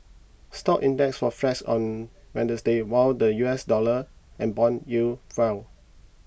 stock index was flats on Wednesday while the U S dollar and bond yields fell